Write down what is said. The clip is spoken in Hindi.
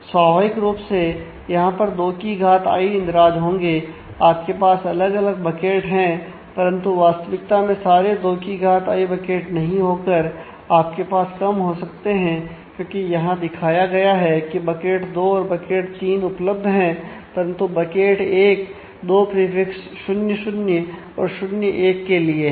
स्वाभाविक रूप से वहां पर 2 की घात आई इंद्राज होंगे आपके पास अलग अलग बकेट हैं परंतु वास्तविकता में सारे 2 की घात आई बकेट नहीं होकर आपके पास कम हो सकते हैं क्योंकि यहां दिखाया गया है की बकेट 2 और बकेट 3 उपलब्ध हैं परंतु बकेट 1 दो प्रीफिक्स 00 और 01 के लिए है